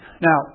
Now